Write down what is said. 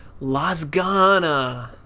Lasagna